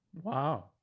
Wow